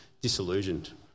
disillusioned